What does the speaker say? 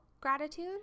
gratitude